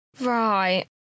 Right